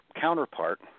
counterpart